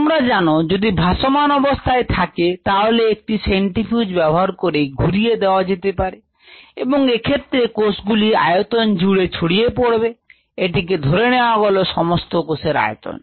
তোমরা জানো যদি ভাসমান অবস্থায় থাকে তাহলে একটি সেন্ট্রিফিউজ ব্যবহার করে ঘুরিয়ে দেওয়া যেতে পারে এবং এক্ষেত্রে কোষগুলি আয়তন জুড়ে ছড়িয়ে পড়বে এটিকে ধরে নেওয়া গেল সমস্ত কোষের আয়তন